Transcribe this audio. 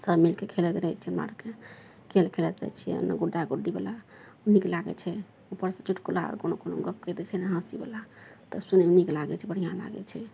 सभ मिलके खेलैत रहय छियै हमरा आरके खेल खेलाइत रहय छियै हमे गुड्डा गुड्डीवला नीक लागय छै उपरसँ चुटकुला कोनो कोनो गप्प कहि दै छै ने हँसीवला तऽ सुनयमे नीक लागय छै बढ़िआँ लागय छै